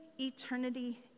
eternity